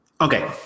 Okay